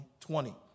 2020